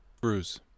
Bruce